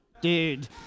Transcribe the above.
Dude